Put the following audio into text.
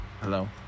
Hello